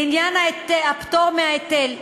לעניין הפטור מההיטל,